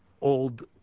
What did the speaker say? old